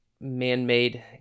man-made